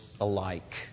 alike